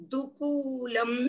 Dukulam